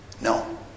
No